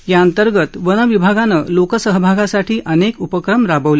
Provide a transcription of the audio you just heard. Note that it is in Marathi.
या अंतर्गत वन विभागाने लोकसहभागासाठी अनेक उपक्रम राबवले